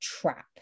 trapped